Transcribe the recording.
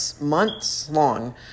months-long